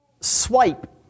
swipe